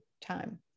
time